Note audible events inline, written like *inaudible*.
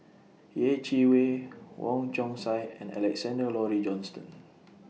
Yeh Chi Wei Wong Chong Sai and Alexander Laurie Johnston *noise*